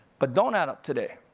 but don't add up today,